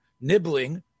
nibbling